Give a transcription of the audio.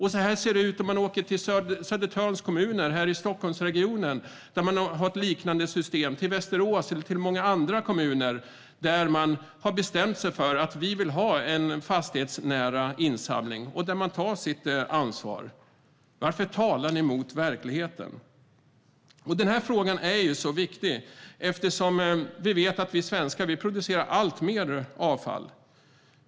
I Södertörnskommunerna i Stockholmsregionen har man ett liknande system, och Västerås och många andra kommuner har bestämt sig för en fastighetsnära insamling och tar sitt ansvar. Varför talar ni emot verkligheten? Denna fråga är så viktig eftersom vi svenskar producerar alltmer avfall.